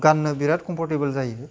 गान्नो बिराद खम्परटेबोल जायो